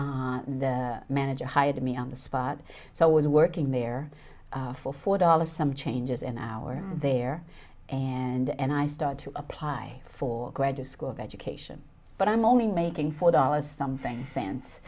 so manager hired me on the spot so i was working there for four dollars some changes in our there and i start to apply for graduate school of education but i'm only making four dollars something cents